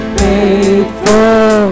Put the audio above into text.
faithful